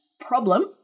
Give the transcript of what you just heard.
problem